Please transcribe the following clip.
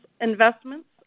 investments